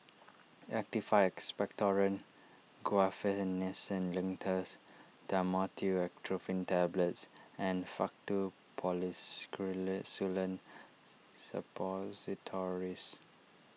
Actified Expectorant Guaiphenesin Linctus Dhamotil Atropine Tablets and Faktu Suppositories